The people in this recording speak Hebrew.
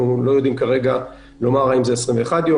אנחנו לא יודעים כרגע לומר האם זה 21 יום,